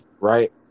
Right